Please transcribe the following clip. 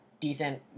decent